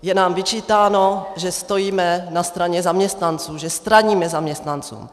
Je nám vyčítáno, že stojíme na straně zaměstnanců, že straníme zaměstnancům.